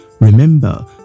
remember